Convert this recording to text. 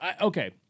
Okay